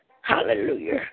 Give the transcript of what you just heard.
Hallelujah